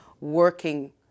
working